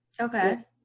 Okay